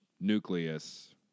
nucleus